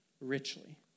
richly